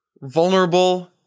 vulnerable